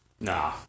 Nah